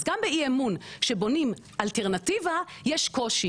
אז גם באי אמון שבונים אלטרנטיבה יש קושי,